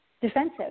defensive